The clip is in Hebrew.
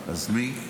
אז מי?